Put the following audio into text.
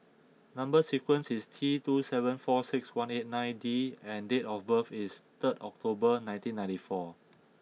number sequence is T two seven four six one eight nine D and date of birth is third October nineteen ninety four